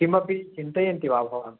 किमपि चिन्तयन्ति वा भवान्